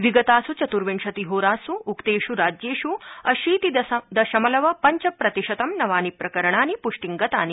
विगतास् चतुर्विंशतिहोरास् उक्तेष् राज्येष् अशीति दशमलव पंच प्रतिशतं नवानि प्रकरणानि प्टिं गतानि